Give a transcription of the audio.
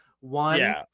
one